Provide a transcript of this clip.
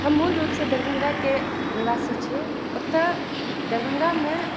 हम मुल रुपसे दरभङ्गाकेँ निवासी छियै ओतऽ दरभङ्गामे